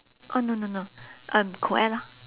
oh no no no um co ed lor